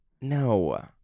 No